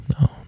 no